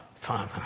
father